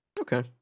Okay